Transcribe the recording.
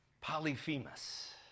Polyphemus